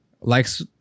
Likes